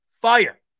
fire